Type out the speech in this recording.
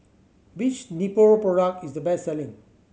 which Nepro product is the best selling